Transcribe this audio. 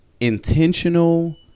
intentional